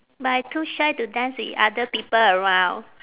but I too shy to dance with other people around